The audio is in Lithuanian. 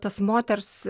tas moters